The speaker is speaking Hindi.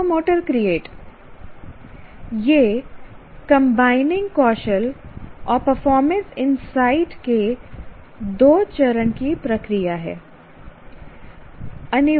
साइकोमोटर क्रिएट यह कंबाइनिंग कौशल और परफॉर्मेंस इनसाइट के 2 चरण की प्रक्रिया है